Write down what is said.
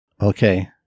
Okay